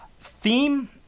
Theme